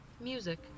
Music